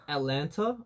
Atlanta